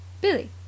Billy